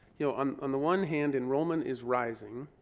you know, on on the one hand enrollment is rising.